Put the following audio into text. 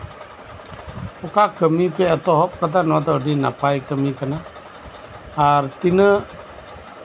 ᱚᱠᱟ ᱠᱟ ᱢᱤ ᱯᱮ ᱮᱛᱚᱦᱚᱵ ᱠᱟᱫᱟ ᱱᱚᱣᱟ ᱫᱚ ᱟᱹᱰᱤ ᱱᱟᱯᱟᱭ ᱠᱟ ᱢᱤ ᱠᱟᱱᱟ ᱟᱨ ᱛᱤᱱᱟᱹᱜ